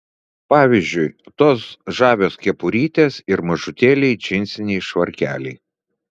pavyzdžiui tos žavios kepurytės ir mažutėliai džinsiniai švarkeliai